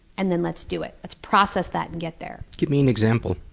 and then, let's do it let's process that and get there. give me an example.